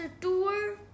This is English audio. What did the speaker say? tour